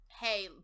hey